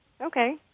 Okay